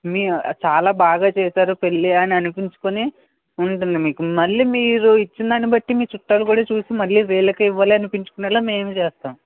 మీ ఆ చాలా బాగా చేశారు పెళ్ళి అని అనిపించుకుని ఉంటుంది మీకు మళ్ళీ మీరు ఇచ్చిన దాన్ని బట్టి మీ చుట్టాలు కూడా చూసి మళ్ళీ వీళ్ళకే ఇవ్వాలి అనిపించుకునేలా మేము చేస్తాం